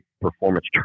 performance